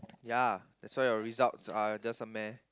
ya that's why your results are just a meh